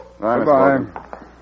Goodbye